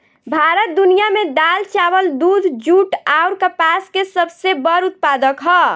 भारत दुनिया में दाल चावल दूध जूट आउर कपास के सबसे बड़ उत्पादक ह